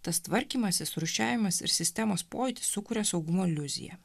tas tvarkymasis rūšiavimas ir sistemos pojūtis sukuria saugumo iliuziją